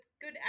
good